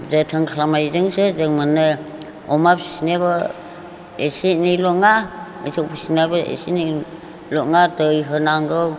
जोथोन खालामनायजोंसो जों मोनो अमा फिनायाबो एसे एनैल' ओङा मोसौ फिनायाबो एसे एनैल' ओङा दै होनांगौ